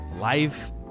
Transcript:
life